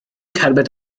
cerbyd